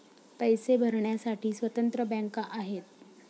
पैसे भरण्यासाठी स्वतंत्र बँका आहेत